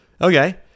okay